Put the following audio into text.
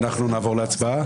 אנחנו נעבור להצבעה?